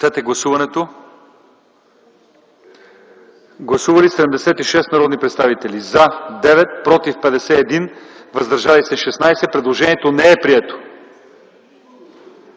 да гласуват § 22. Гласували 77 народни представители: за 9, против 60, въздържали се 8. Предложението не е прието.